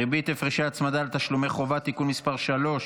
אני קובע כי הצעת חוק יום לציון אירועי הפרהוד,